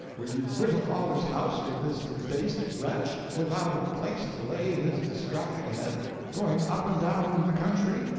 will you quit a father's house with this debased wretch, without a place to lay his distracted head going up and down the country,